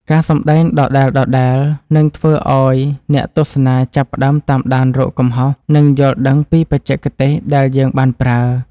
ការសម្តែងដដែលៗនឹងធ្វើឱ្យអ្នកទស្សនាចាប់ផ្តើមតាមដានរកកំហុស និង យល់ដឹងពីបច្ចេកទេសដែលយើងបានប្រើ។